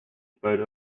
spite